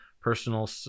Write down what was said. Personal